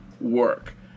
work